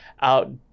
out